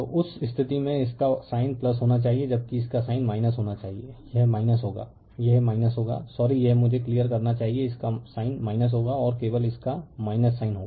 तो उस स्थिति में इसका साइन होना चाहिए जबकि इसका साइन होना चाहिए यह होगा यह होगा सॉरी यह मुझे यह क्लियर करना चाहिए इसका साइन होगा और केवल इसका साइन होगा